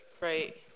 Right